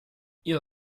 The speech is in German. ihr